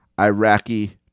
Iraqi